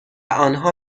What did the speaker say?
آنها